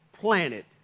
planet